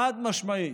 חד-משמעית,